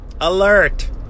alert